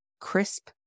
crisp